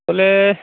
ବୋଲେ